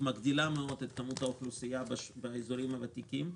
מגדילה מאוד את כמות האוכלוסייה באזורים הוותיקים.